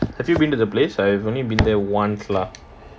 have you been to the place I've only been there once lah